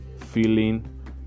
feeling